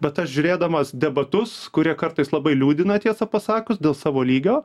bet aš žiūrėdamas debatus kurie kartais labai liūdina tiesą pasakius dėl savo lygio